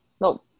no